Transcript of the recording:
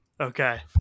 Okay